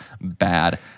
bad